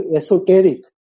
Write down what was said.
esoteric